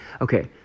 Okay